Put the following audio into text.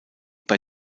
bei